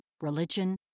religion